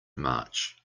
march